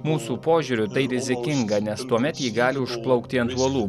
mūsų požiūriu tai rizikinga nes tuomet ji gali užplaukti ant uolų